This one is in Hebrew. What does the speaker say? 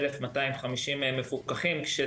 בהחלטת הממשלה שורה גם של תיקוני חקיקה שצריך